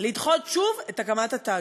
לדחות שוב את הקמת התאגיד.